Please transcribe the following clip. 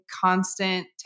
constant